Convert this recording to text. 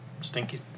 stinky